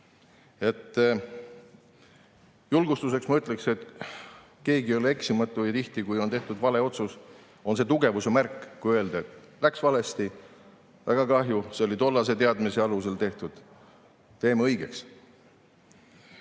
Julgustuseks ma ütleksin, et keegi ei ole eksimatu. Ja tihti, kui on tehtud vale otsus, on see tugevuse märk, kui öeldakse, et läks valesti, väga kahju, see oli tollase teadmise alusel tehtud [otsus],